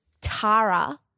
Tara